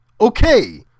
okay